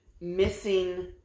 missing